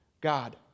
God